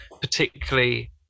particularly